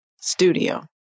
Studio